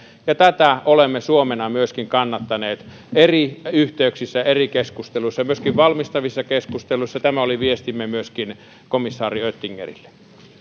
tätä olemme suomena myöskin kannattaneet eri yhteyksissä ja eri keskusteluissa ja myöskin valmistavissa keskusteluissa tämä oli viestimme myöskin komissaari oettinge rille